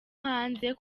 hanze